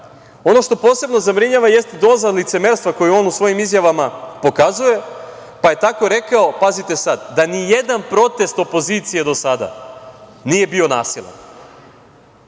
što posebno zabrinjava jeste doza licemerstva koju on u svojim izjavama pokazuje, pa je tako rekao da ni jedan protest opozicije do sada nije bio nasilan.